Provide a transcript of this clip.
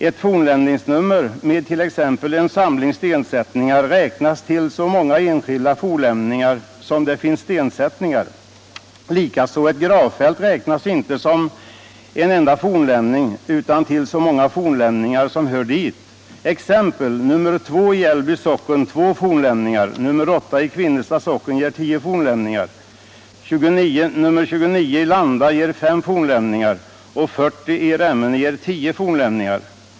Ett fornlämningsnummer med t.ex. en samling stensättningar räknas till så många enskilda fornlämningar som det finns stensättningar. Likaså räknas ett gravfält inte som en enda fornlämning utan till så många fornlämningar som hör dit. Exempel: Nr 2 i Jällby ger 2 fornlämningar, nr 8 i Kvinnestad ger 10 fornlämningar, nr 29 i Landa ger 5 fornlämningar, nr 40 i Remmene ger 10 fornlämningar.